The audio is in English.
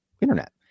internet